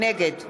נגד